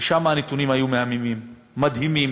ושם הנתונים היו מהממים, מדהימים.